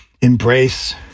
embrace